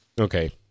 Okay